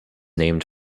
named